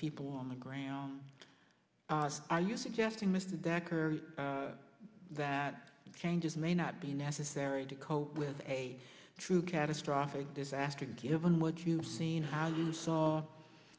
people on the ground are you suggesting mr decker that changes may not be necessary to cope with a true catastrophic disaster given what you've seen how you saw